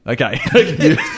Okay